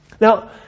Now